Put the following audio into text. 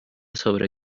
sobre